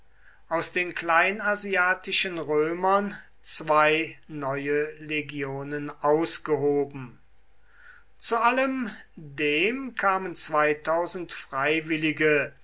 aus den kleinasiatischen römern zwei neue legionen ausgehoben zu allem dem kamen freiwillige